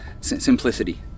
simplicity